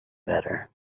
better